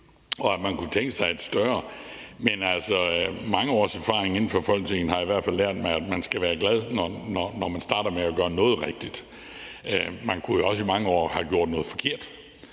og at man kunne tænke sig et større, men altså, mange års erfaring inden for Folketinget har i hvert fald lært mig, at man skal være glad, når man starter med at gøre noget rigtigt. Man kunne jo også i mange år have gjort noget forkert,